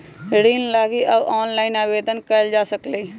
ऋण लागी अब ऑनलाइनो आवेदन कएल जा सकलई ह